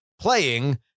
playing